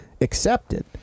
accepted